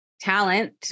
talent